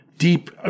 deep